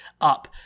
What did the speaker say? up